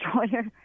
destroyer